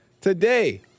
Today